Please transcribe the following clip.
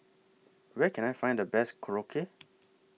Where Can I Find The Best Korokke